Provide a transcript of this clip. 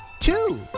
two!